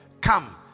come